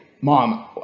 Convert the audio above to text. mom